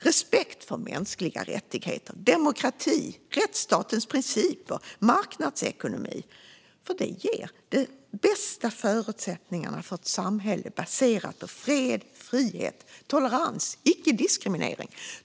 Respekt för mänskliga rättigheter, demokrati, rättsstatens principer och marknadsekonomi ger de bästa förutsättningarna för ett samhälle baserat på fred, frihet, tolerans och icke-diskriminering.